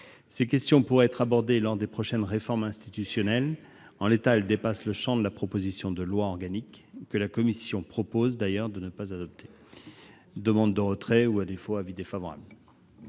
Ces questions pourraient être abordées lors des prochaines réformes institutionnelles, mais, en l'état, elles dépassent le champ de la proposition de loi organique, que la commission propose d'ailleurs de ne pas adopter. La commission demande donc le